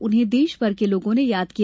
उन्हें देश भर के लोगों ने याद किया